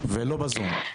ולא בזום.